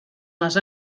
les